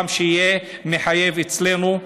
שיהיה מחייב גם אצלנו.